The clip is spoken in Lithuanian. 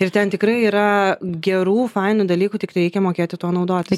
ir ten tikrai yra gerų fainų dalykų tik reikia mokėti tuo naudotis